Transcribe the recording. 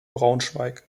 braunschweig